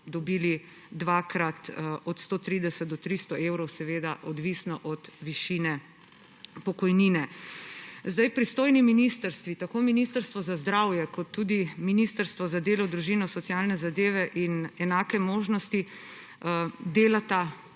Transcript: dobili dvakrat od 130 do 300 evrov, odvisno od višine pokojnine. Pristojni ministrstvi, tako Ministrstvo za zdravje kot tudi Ministrstvo za delo, družino, socialne zadeve in enake možnosti, delata